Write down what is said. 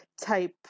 type